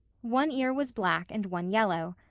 one ear was black and one yellow.